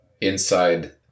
inside